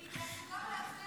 היא עסוקה בלהצביע